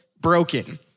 broken